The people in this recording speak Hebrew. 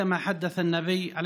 כפי שאמר הנביא,